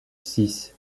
six